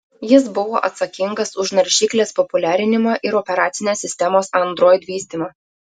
jis buvo atsakingas už naršyklės populiarinimą ir operacinės sistemos android vystymą